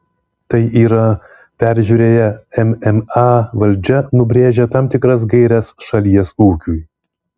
tai yra peržiūrėję mma valdžia nubrėžia tam tikras gaires šalies ūkiui